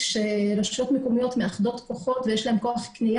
כשרשויות מקומיות מאחדות כוחות ויש להם כוח קניה